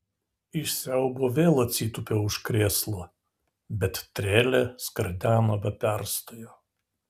iš siaubo vėl atsitūpiau už krėslo bet trelė skardeno be perstojo